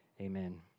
amen